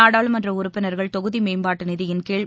நாடாளுமன்ற உறுப்பினர்கள் தொகுதி மேம்பாட்டு நிதியின் கீழ்